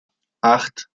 acht